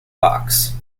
box